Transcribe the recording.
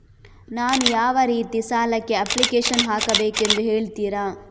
ನಾನು ಯಾವ ರೀತಿ ಸಾಲಕ್ಕೆ ಅಪ್ಲಿಕೇಶನ್ ಹಾಕಬೇಕೆಂದು ಹೇಳ್ತಿರಾ?